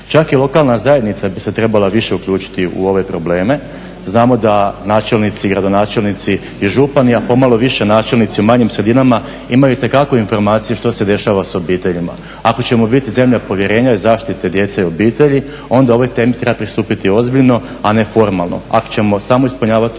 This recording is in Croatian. Čak i lokalna zajednica bi se trebala više uključiti u ove probleme. Znamo da načelnici, i gradonačelnici, i župani a pomalo više načelnici u manjim sredinama imaju itekako informacije što se dešava s obiteljima. Ako ćemo biti zemlja povjerenja i zaštite djece i obitelji onda ovoj temi treba pristupiti ozbiljno a ne formalno, ako ćemo samo ispunjavati